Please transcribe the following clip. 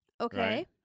okay